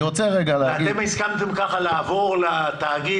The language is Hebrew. ואתם הסכמתם לעבוד לתאגיד?